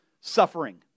suffering